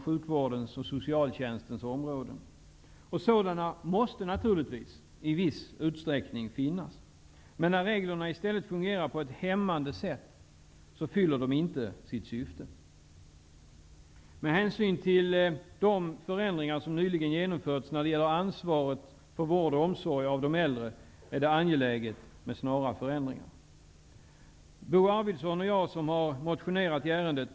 Sådana måste naturligtvis i viss utsträckning finnas. Men när reglerna i stället fungerar på ett hämmande sätt uppnås inte syftet med dem. Med hänsyn till de förändringar som nyligen genomförts när det gäller ansvaret för vård och omsorg av de äldre är det angeläget med snara förändringar. Bo Arvidson och jag har motionerat i ärendet.